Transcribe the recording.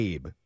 Abe